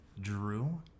Drew